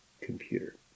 computer